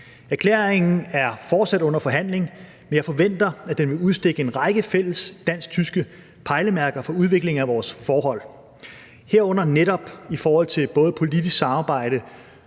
Erklæringen er fortsat under forhandling, men jeg forventer, at den vil udstikke en række fælles dansk-tyske pejlemærker for udviklingen af vores forhold, herunder netop i forhold til både politisk samarbejde,